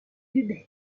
hubei